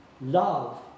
love